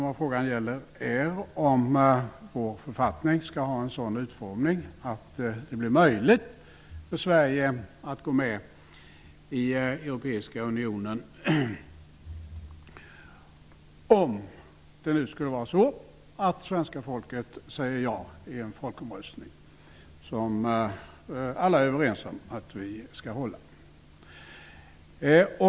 Vad frågan gäller är om vår författning skall ha en sådan utformning att det blir möjligt för Sverige att gå med i Europeiska unionen, om svenska folket säger ja i den folkomröstning som alla är överens om att vi skall hålla.